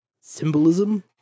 symbolism